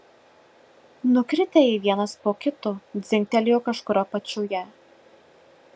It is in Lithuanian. nukritę jie vienas po kito dzingtelėjo kažkur apačioje